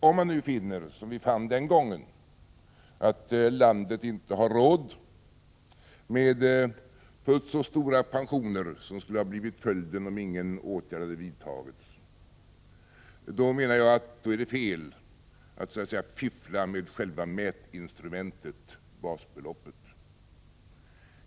Om man nu finner, som man fann den gången, att landet inte har råd med fullt så stora pensioner som skulle ha blivit följden om ingen åtgärd hade vidtagits, menar jag att det är fel att så att säga fiffla med själva mätinstrumentet, basbeloppet.